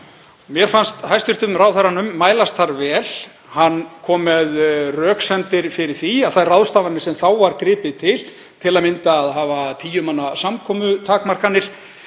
Mér fannst hæstv. ráðherranum mælast þar vel. Hann kom með röksemdir fyrir því að þær ráðstafanir sem þá var gripið til, til að mynda að hafa tíu manna samkomutakmarkanir